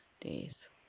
days